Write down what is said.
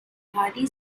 hearty